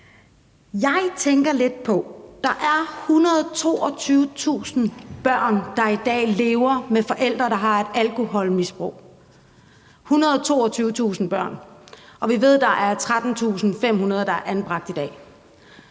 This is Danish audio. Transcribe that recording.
Jeg tænker lidt på, at der er 122.000 børn, der i dag lever med forældre, der har et alkoholmisbrug – 122.000 børn. Og vi ved, at der er 13.500, der er anbragt i dag.